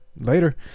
later